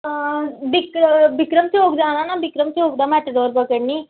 आं बिक बिक्रम चौक जाना न बिक्रम चौक थमां मेटाडोर फकड़नी